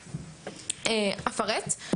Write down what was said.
אפרט,